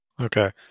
okay